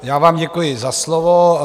Já vám děkuji za slovo.